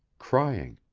crying.